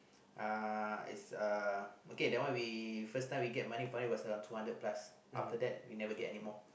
uh is a okay that one we first time we get money the money about we two hundred plus after that we never get anymore